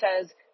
says